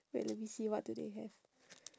wait let me see what do they have